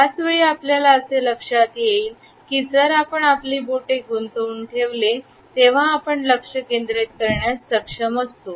याच वेळी आपल्याला असे लक्षात येईल की जर आपण आपली बोटे गुंतवून ठेवले तेव्हा आपण लक्ष केंद्रित करण्यास सक्षम असतो